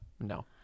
no